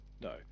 No